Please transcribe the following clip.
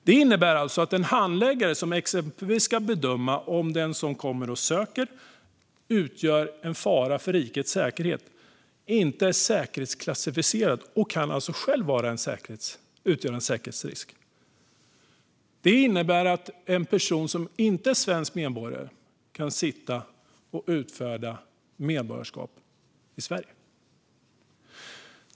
Det innebär att en handläggare som exempelvis ska bedöma om en sökande kan utgöra en fara för rikets säkerhet inte själv är säkerhetsprövad och alltså kan utgöra en säkerhetsrisk. En person som inte är svensk medborgare kan med andra ord utfärda svenskt medborgarskap.